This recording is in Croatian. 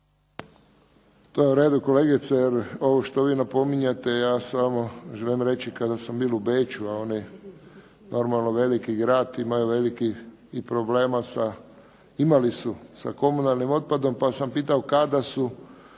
To je u redu kolegice jer ovo što vi napominjete ja samo želim reći kada bio u Beču a oni normalno veliki grad imaju velikih i problema, imali su sa komunalnim otpadom pa sam pitao kada su